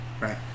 Right